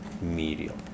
medial